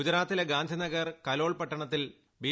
ഗുജറാത്തിലെ ഗാന്ധിനഗർ കലോൾ പട്ടണത്തിൽ ബി